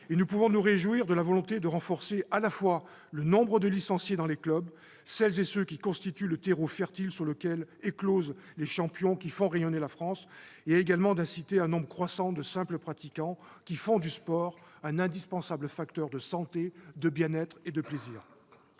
Et nous pouvons nous réjouir de la double volonté de renforcer le nombre de licenciés dans les clubs, celles et ceux qui constituent le terreau fertile sur lequel éclosent les champions qui font rayonner le France, et d'inciter un nombre croissant de personnes à faire du sport, un indispensable facteur de santé, de bien-être et de plaisir.